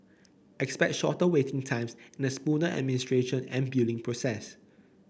expect shorter waiting times the smoother administration and billing process